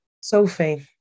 Sophie